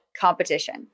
competition